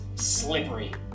slippery